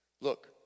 Look